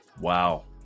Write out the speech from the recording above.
Wow